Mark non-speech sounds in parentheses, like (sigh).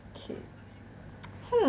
okay (noise) hmm